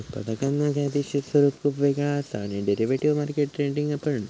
उत्पादनांचा कायदेशीर स्वरूप खुप वेगळा असा आणि डेरिव्हेटिव्ह मार्केट ट्रेडिंग पण